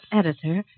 editor